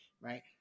right